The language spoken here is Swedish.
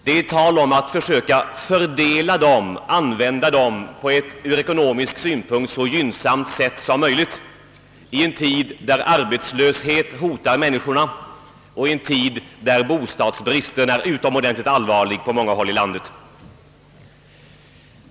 Vi måste försöka fördela dem och använda dem på ett ur ekonomisk synpunkt så gynnsamt sätt som möjligt i en tid då arbetslöshet hotar människorna och då bostadsbristen på många håll i landet är utomordentligt allvarlig.